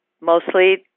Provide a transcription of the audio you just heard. mostly